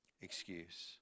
excuse